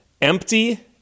empty